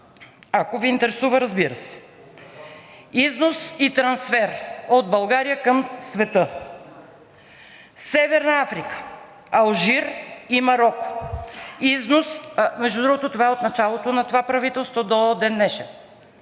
ако Ви интересува, разбира се, износ и трансфер от България към света: Северна Африка, Алжир и Мароко. Между другото, това е от началото на това правителство до ден днешен,